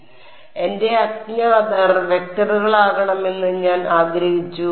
അതിനാൽ എന്റെ അജ്ഞാതർ വെക്റ്ററുകളാകണമെന്ന് ഞാൻ ആഗ്രഹിച്ചു